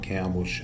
Campbell